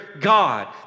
God